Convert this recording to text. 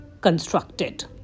constructed